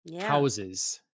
houses